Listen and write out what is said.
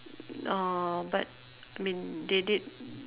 uh but I mean they did